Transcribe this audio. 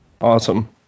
Awesome